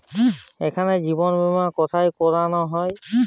এখানে জীবন বীমা কোথায় করানো হয়?